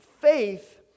faith